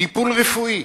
טיפול רפואי: